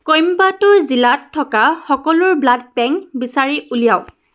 কইম্বাটুৰ জিলাত থকা সকলো ব্লাড বেংক বিচাৰি উলিয়াওক